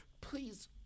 please